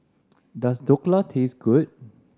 does Dhokla taste good